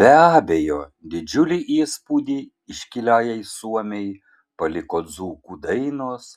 be abejo didžiulį įspūdį iškiliajai suomei paliko dzūkų dainos